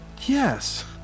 Yes